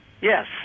Yes